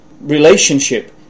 relationship